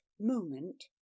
moment